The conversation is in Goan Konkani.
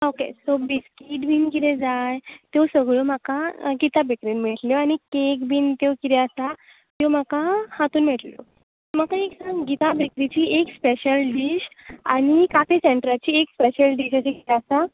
ओके सो बिस्कीट बीन कितें जाय त्यो सगळ्यो म्हाका गिता बेक्रीन मेळटल्यो आनी केक बीन त्यो कितें आसा त्यो म्हाका हातून मेळटल्यो म्हाका एक सांग गीता बेक्रिची एक स्पॅशल डिश आनी काफे सँट्रलाची स्पॅशल डिश अशें कितें आसा